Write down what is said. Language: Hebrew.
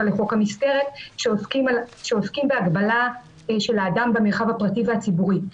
לחוק המסגרת שעוסקים בהגבלה של האדם במרחב הפרטי והציבורי.